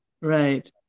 Right